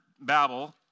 Babel